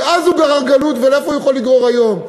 כי אז הוא גרר גלות ולאיפה הוא יכול לגרור היום?